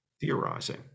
theorizing